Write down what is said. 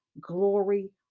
glory